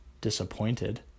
disappointed